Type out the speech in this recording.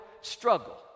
struggle